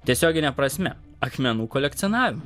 tiesiogine prasme akmenų kolekcionavimu